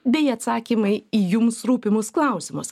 bei atsakymai į jums rūpimus klausimus